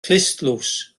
clustdlws